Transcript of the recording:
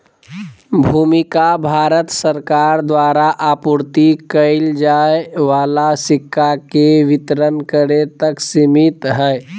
भूमिका भारत सरकार द्वारा आपूर्ति कइल जाय वाला सिक्का के वितरण करे तक सिमित हइ